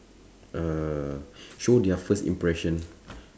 uh show their first impression